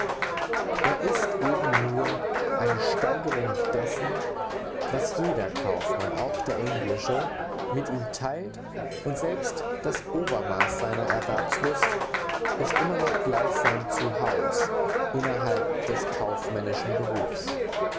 er ist eben nur eine steigerung dessen was jeder kaufmann auch der englische mit ihm teilt und selbst das obermaß seiner erwerbslust ist immer noch gleichsam zu haus innerhalb des kaufmännischen berufs